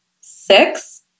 six